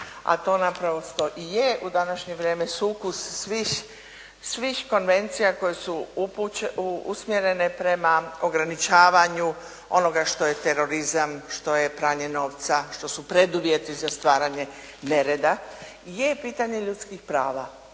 a to naprosto i je u današnje vrijeme sukus svih konvencija koje su usmjerene prema ograničavanju onoga što je terorizam, što je pranje novca, što su preduvjeti za stvaranje nereda je pitanje ljudskih prava